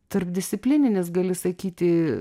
tarpdisciplininis gali sakyti